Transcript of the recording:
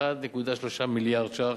1.3 מיליארד ש"ח.